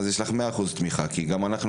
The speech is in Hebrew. אז יש לך 100% תמיכה כי גם אנחנו,